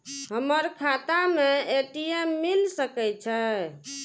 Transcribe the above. हमर खाता में ए.टी.एम मिल सके छै?